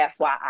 FYI